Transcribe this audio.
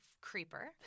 creeper